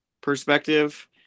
perspective